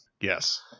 Yes